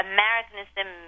Americanism